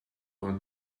want